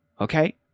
Okay